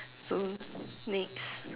so next